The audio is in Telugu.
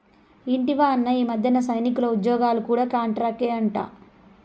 ఇంటివా అన్నా, ఈ మధ్యన సైనికుల ఉజ్జోగాలు కూడా కాంట్రాక్టేనట